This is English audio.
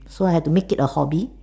so I have to make it a hobby